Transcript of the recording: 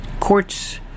courts